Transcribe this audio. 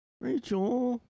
Rachel